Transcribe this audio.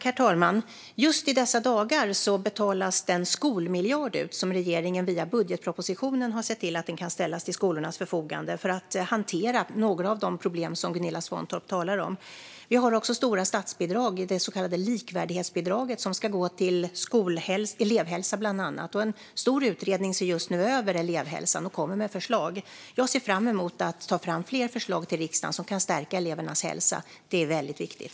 Herr talman! Just i dessa dagar betalas den skolmiljard ut som regeringen via budgetpropositionen har sett till kan ställas till skolornas förfogande för att hantera några av de problem som Gunilla Svantorp talar om. Vi har också stora statsbidrag i det så kallade likvärdighetsbidraget som ska gå till bland annat elevhälsa. En stor utredning ser just nu över elevhälsan och kommer med förslag. Jag ser fram emot att ta fram fler förslag till riksdagen som kan stärka elevernas hälsa. Det är väldigt viktigt.